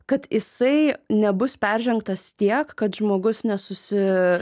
kad jisai nebus peržengtas tiek kad žmogus nesusi